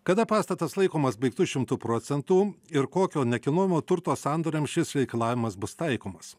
kada pastatas laikomas baigtu šimtu procentų ir kokio nekilnojamo turto sandoriams šis reikalavimas bus taikomas